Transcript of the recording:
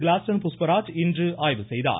கிலாஸ்டன் புஷ்பராஜ் இன்று ஆய்வு செய்தார்